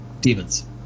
demons